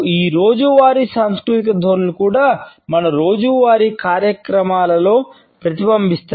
ఈ రోజువారీ సాంస్కృతిక ధోరణిలు కూడా మన రోజువారీ కార్యకలాపాలలో ప్రతిబింబిస్తాయి